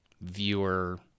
viewer